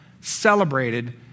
celebrated